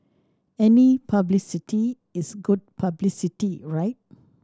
any publicity is good publicity right